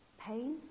pain